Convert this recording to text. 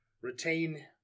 retain